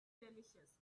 delicious